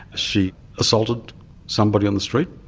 she assaulted somebody on the street,